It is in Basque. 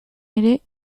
ere